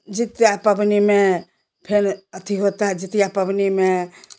जित्या पवनी में फिर अथी होता है जित्या पवनी में